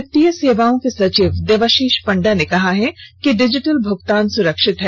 वित्तीय सेवाओं के सचिव देबाशीष पंडा ने कहा है कि डिजिटल भूगतान सुरक्षित हैं